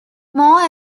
more